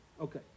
Okay